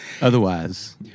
Otherwise